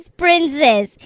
princess